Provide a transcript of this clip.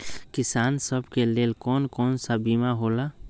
किसान सब के लेल कौन कौन सा बीमा होला?